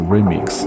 Remix 。